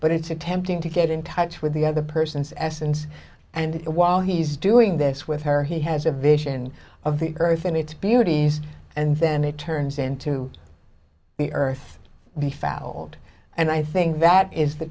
but it's attempting to get in touch with the other person's essence and while he's doing this with her he has a vision of the earth and its beauties and then it turns into the earth the fat old and i think that is the